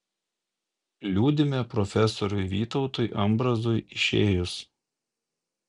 liūdime profesoriui vytautui ambrazui išėjus